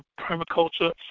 permaculture